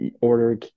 order